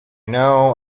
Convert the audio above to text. know